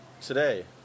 today